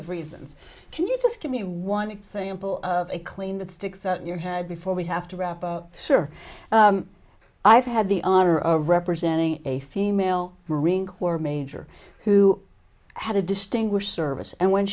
of reasons can you just give me one example of a claim that sticks out in your head before we have to wrap up sir i've had the honor of representing a female marine corps major who had a distinguished service and when